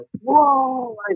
whoa